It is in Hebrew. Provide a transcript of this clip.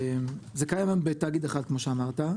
זה קיים היום בתאגיד אחד, כמו שאמרת.